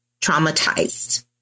traumatized